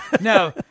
No